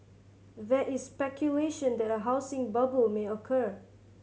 there is speculation that a housing bubble may occur